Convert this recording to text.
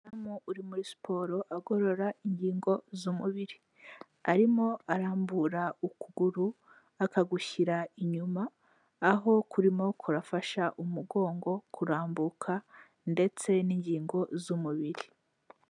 Umudamu uri muri siporo agorora ingingo z'umubiri. arimo arambura ukuguru akagushyira inyuma, aho kurima kurafasha umugongo kurambuka ndetse n'ingingo z'umubiri.